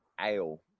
ale